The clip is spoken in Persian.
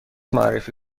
معرفی